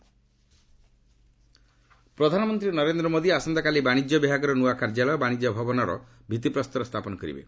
PM ପ୍ରଧାନମନ୍ତ୍ରୀ ନରେନ୍ଦ୍ର ମୋଦି ଆସନ୍ତାକାଲି ବାଣିଜ୍ୟ ବିଭାଗର ନୂଆ କାର୍ଯ୍ୟାଳୟ ବାଣିଜ୍ୟ ଭବନର ଭିତ୍ତିପ୍ରସ୍ତର ସ୍ଥାପନ କରିବେ